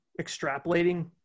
extrapolating